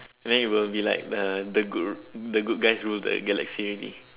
then it will be like the the good the good the good guys rule the Galaxy already